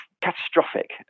catastrophic